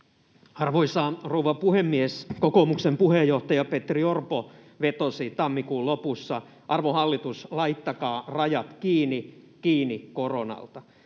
Arvoisa rouva puhemies! Kokoomuksen puheenjohtaja Petteri Orpo vetosi tammikuun lopussa, että, arvon hallitus, laittakaa rajat kiinni, kiinni koronalta.